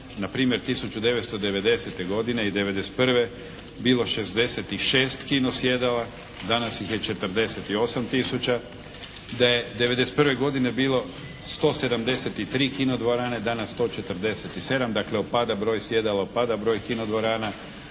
da je npr. 1990. godine i '91. bilo 66 kino sjedala, danas ih 48 tisuća, da je '91. godine bilo 173 kino dvorane, danas 147, dakle opada broj sjedala, opada broj kino dvorana,